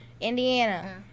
Indiana